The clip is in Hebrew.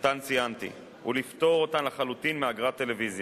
שציינתי ולפטור אותן לחלוטין מאגרת הטלוויזיה.